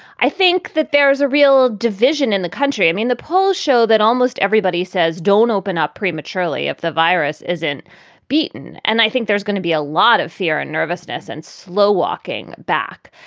i think that there is a real division in the country. i mean, the polls show that almost everybody says don't open up prematurely if the virus isn't beaten. and i think there's gonna be a lot of fear and nervousness and slow walking back.